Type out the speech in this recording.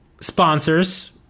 sponsors